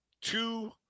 two